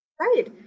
Right